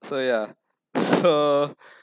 so ya so